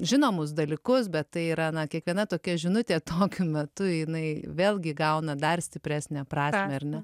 žinomus dalykus bet tai yra kiekviena tokia žinutė tokiu metu jinai vėlgi įgauna dar stipresnę prasmę ar ne